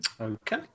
Okay